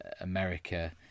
America